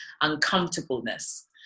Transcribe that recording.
uncomfortableness